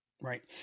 right